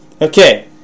okay